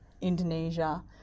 Indonesia